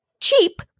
cheap